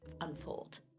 unfold